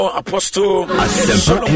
apostle